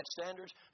standards